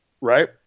right